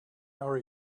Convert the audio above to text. our